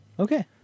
Okay